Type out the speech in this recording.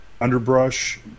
underbrush